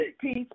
Peace